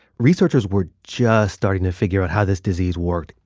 researchers were just starting to figure out how this disease worked,